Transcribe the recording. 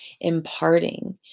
imparting